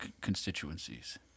constituencies